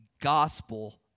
gospel